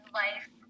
life